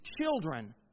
children